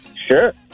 Sure